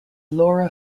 laura